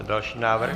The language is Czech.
Další návrh.